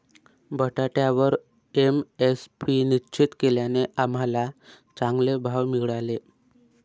बटाट्यावर एम.एस.पी निश्चित केल्याने आम्हाला चांगले भाव मिळाले